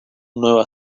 nueva